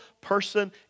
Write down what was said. person